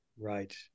Right